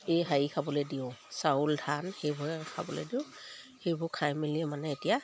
এই হেৰি খাবলে দিওঁ চাউল ধান সেইবোৰে খাবলে দিওঁ সেইবোৰ খাই মেলি মানে এতিয়া